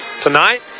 tonight